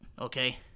okay